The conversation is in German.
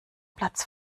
platz